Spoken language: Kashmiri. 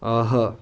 آہا